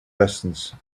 distance